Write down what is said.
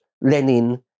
Lenin